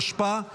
התשפ"ה 2024,